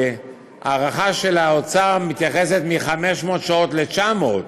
ההערכה של האוצר מתייחסת לשינוי מ-500 שעות ל-900.